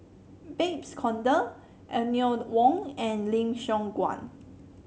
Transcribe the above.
Babes Conde Eleanor Wong and Lim Siong Guan